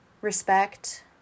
respect